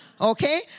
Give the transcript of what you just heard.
Okay